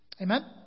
Amen